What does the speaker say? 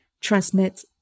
transmit